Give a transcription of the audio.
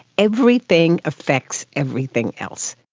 everything affects everything else.